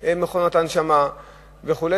הפסקת מכונות הנשמה וכו'.